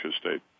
State